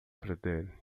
perder